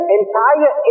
entire